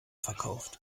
verkauft